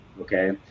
okay